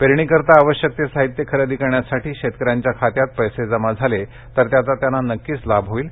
पेरणीकरिता आवश्यक ते साहित्य खरेदी करण्यासाठी शेतकऱ्यांच्या खात्यात पैसे जमा झाले तर त्याचा त्यांना नक्कीच लाभ होईल